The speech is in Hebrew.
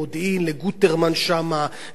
ולביתר-עילית ולבני-ברק,